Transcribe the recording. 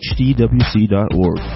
hdwc.org